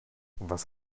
was